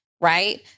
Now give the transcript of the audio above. right